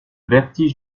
vertige